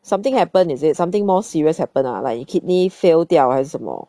something happen is it something more serious happen ah like 你 kidney fail 掉还是什么